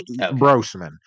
Brosman